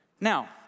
Now